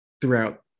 throughout